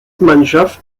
mannschaft